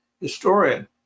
historian